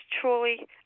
truly